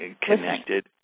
connected